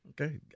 Okay